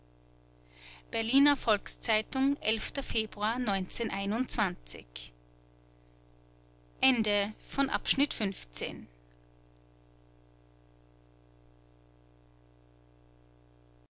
berliner volks-zeitung februar